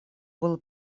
был